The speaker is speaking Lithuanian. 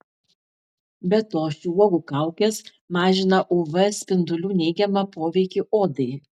be to šių uogų kaukės mažina uv spindulių neigiamą poveikį odai